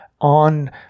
on